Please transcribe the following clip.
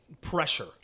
pressure